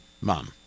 mom